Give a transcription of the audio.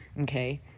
Okay